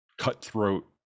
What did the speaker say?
cutthroat